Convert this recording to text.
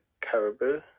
Caribou